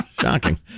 shocking